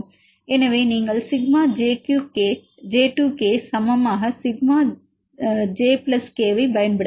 எனவே நீங்கள் sigma j k சமமாக சிக்மா jk பயன்படுத்தலாம்